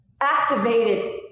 activated